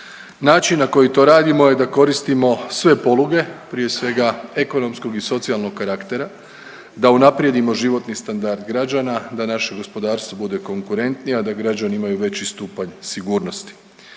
Način na koji to radimo je da koristimo sve poluge, prije svega ekonomskog i socijalnog karaktera, da unaprijedimo životni standard građana, da naše gospodarstvo bude konkurentnije, a da građani imaju veći stupanj sigurnosti.